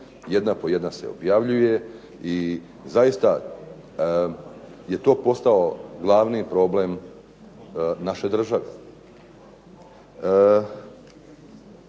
jedna po jedna se objavljuje i zaista je to postao glavni problem naše države.